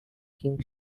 king